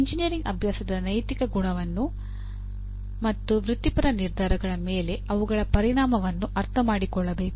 engineering ಅಭ್ಯಾಸದ ನೈತಿಕ ಗುಣಗಳನ್ನು ಮತ್ತು ವೃತ್ತಿಪರ ನಿರ್ಧಾರಗಳ ಮೇಲೆ ಅವುಗಳ ಪರಿಣಾಮವನ್ನು ಅರ್ಥಮಾಡಿಕೊಳ್ಳಬೇಕು